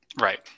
Right